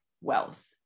wealth